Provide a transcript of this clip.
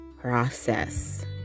process